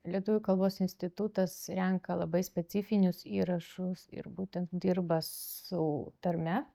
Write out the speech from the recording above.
lietuvių kalbos institutas renka labai specifinius įrašus ir būtent dirba su tarme